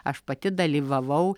aš pati dalyvavau